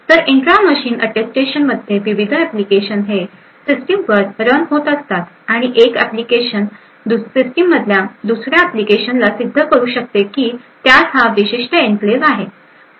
तर intra machine attestation मध्ये विविध ऍप्लिकेशन हे सिस्टीम वर रन होत असतात आणि एक ऍप्लिकेशन सिस्टममधील दुसर्या ऍप्लिकेशनसला सिद्ध करू शकतो की त्यास हा विशिष्ट एन्क्लेव आहे